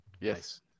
Yes